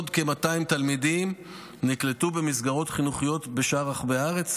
עוד כ-200 תלמידים נקלטו במסגרות חינוכיות בשאר רחבי הארץ,